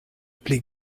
pli